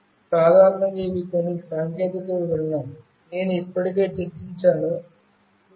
సాధారణంగా ఇవి కొన్ని సాంకేతిక వివరణలు నేను ఇప్పటికే చర్చించాను 2